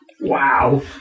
Wow